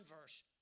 verse